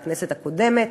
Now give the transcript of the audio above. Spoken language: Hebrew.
בכנסת הקודמת,